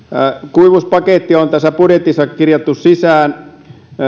kuivuuspaketti on tässä budjetissa kirjattu sisään